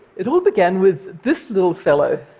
it all began with this little fellow.